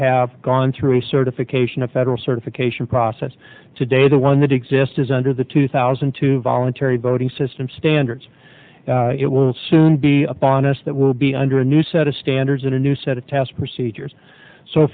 have gone through a certification a federal certification process today the one that exists it is under the two thousand and two voluntary voting system standards it will soon be upon us that will be under a new set of standards and a new set of test procedures so